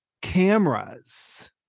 cameras